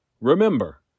Remember